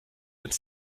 ins